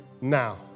now